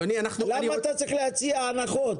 למה אתה צריך להציע הנחות?